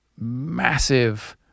massive